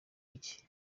iki